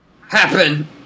Happen